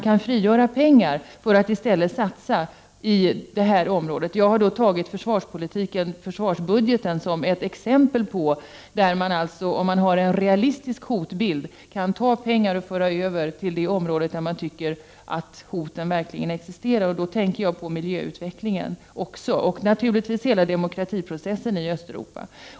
Jag har tagit försvarsbudgeten som exempel. Om det existerar en realistisk hotbild kan man alltså ta pengar och föra över till det området. Jag tänker också på miljöutvecklingen och naturligtvis på hela demokratiprocessen i Östeuropa.